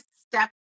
step